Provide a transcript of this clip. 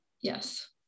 yes